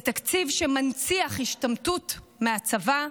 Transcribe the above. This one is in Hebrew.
זה תקציב שמנציח השתמטות מהצבא,